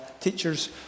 teachers